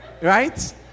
Right